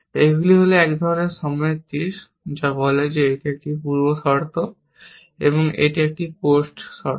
এগুলি হল এক ধরণের সময়ের তীর যা বলে যে এটি একটি পূর্বশর্ত এবং এটি একটি পোস্ট শর্ত